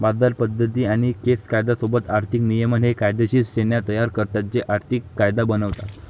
बाजार पद्धती आणि केस कायदा सोबत आर्थिक नियमन हे कायदेशीर श्रेण्या तयार करतात जे आर्थिक कायदा बनवतात